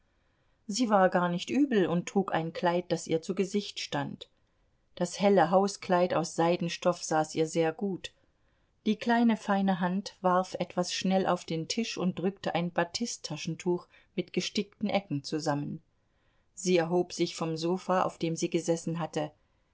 sie war gar nicht übel und trug ein kleid das ihr zu gesicht stand das helle hauskleid aus seidenstoff saß ihr sehr gut die kleine feine hand warf etwas schnell auf den tisch und drückte ein batisttaschentuch mit gestickten ecken zusammen sie erhob sich vom sofa auf dem sie gesessen hatte